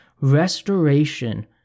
restoration